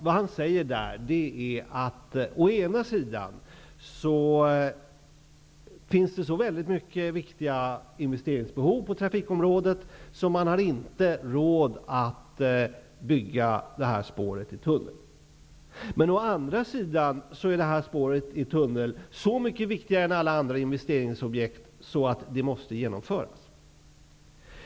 Vad han säger är nämligen att å ena sidan finns det så många viktiga investeringsbehov på trafikområdet att man inte har råd att bygga detta spår i tunnel. Men å andra sidan är detta spåret i tunnel så mycket viktigare än alla andra investeringsobjekt att det måste genomföras.